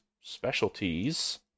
specialties